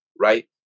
right